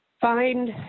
find